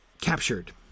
captured